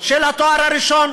של התואר הראשון.